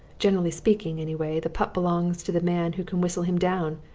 generally speaking, anyway, the pup belongs to the man who can whistle him down,